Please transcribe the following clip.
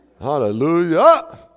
Hallelujah